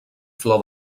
flor